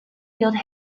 field